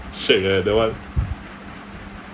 shag eh that one